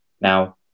Now